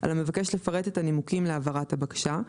על המבקש לפרט את הנימוקים להעברת הבקשה,